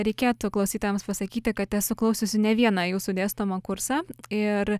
reikėtų klausytojams pasakyti kad esu klausiusi ne vieną jūsų dėstomą kursą ir